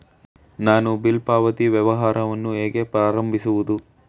ನಾನು ಬಿಲ್ ಪಾವತಿ ವ್ಯವಹಾರವನ್ನು ಹೇಗೆ ಪ್ರಾರಂಭಿಸುವುದು?